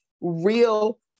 real